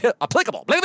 applicable